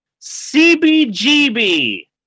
CBGB